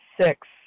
Six